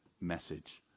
message